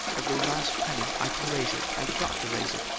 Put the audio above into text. every last penny! i can raise it i got to raise it!